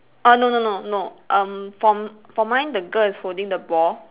err no no no no um for for mine the girl is holding the ball